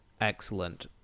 excellent